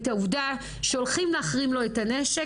את העובדה שהולכים להחרים לו את הנשק.